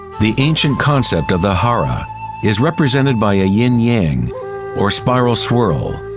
the ancient concept of the hara is represented by a yinyang or spiral swirl.